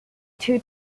two